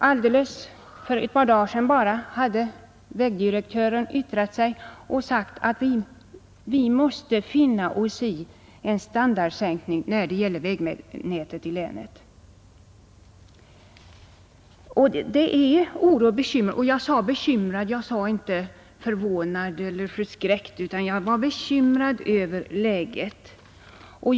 För bara ett par dagar sedan uttalade vägdirektören att vi måste finna oss i en standardsänkning för vägnätet i länet. Det råder oro och bekymmer. Jag sade att jag var bekymrad över läget — jag sade inte att jag var förvånad eller förskräckt.